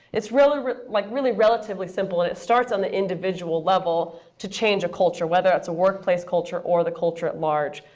it's really like really relatively simple. and it starts on the individual level to change a culture, whether it's a workplace culture or the culture at large,